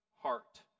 heart